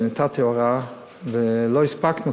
שנתתי הוראה ולא הספקנו,